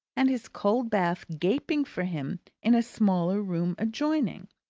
and his cold bath gaping for him in a smaller room adjoining.